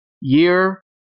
year